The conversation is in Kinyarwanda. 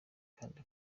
kandi